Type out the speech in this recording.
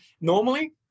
normally